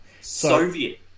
Soviet